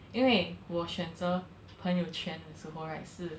因为我选择朋友圈的时候 right 是